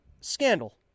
scandal